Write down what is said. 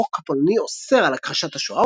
החוק הפולני אוסר על הכחשת השואה,